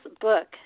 book